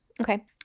Okay